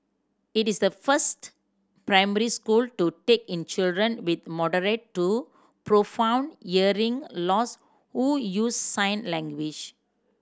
it is the first primary school to take in children with moderate to profound hearing loss who use sign language